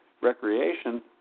recreation